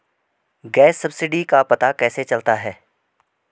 Gas subsidy का पता कैसे चलता है?